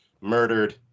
murdered